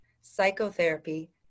psychotherapy